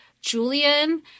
Julian